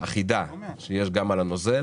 האחידה שיש גם על הנוזל,